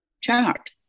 chart